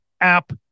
app